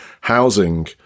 Housing